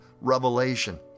Revelation